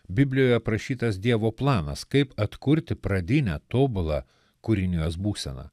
biblijoje aprašytas dievo planas kaip atkurti pradinę tobulą kūrinijos būseną